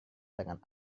dengan